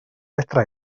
fedra